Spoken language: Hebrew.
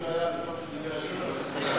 שמיר היה הראשון שדיבר על ישות פלסטינית.